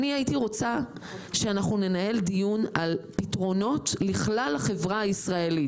אני הייתי רוצה שאנחנו ננהל דיון על פתרונות לכלל החברה הישראלית.